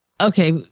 okay